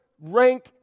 rank